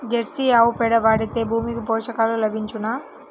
Jersey ఆవు పేడ వాడితే భూమికి పోషకాలు లభించునా?